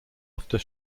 after